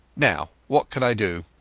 now, what can i do